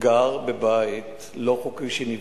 גר בבית לא-חוקי שנבנה.